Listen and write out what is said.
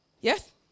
yes